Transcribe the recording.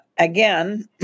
Again